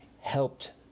helped